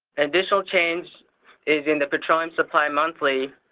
additional change is in the petroleum supply monthly.